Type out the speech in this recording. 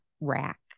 rack